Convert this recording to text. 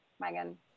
Megan